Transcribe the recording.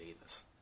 Davis